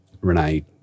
Renee